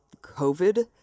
COVID